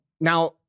now